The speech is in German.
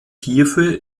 hierfür